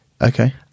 Okay